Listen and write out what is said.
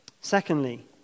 Secondly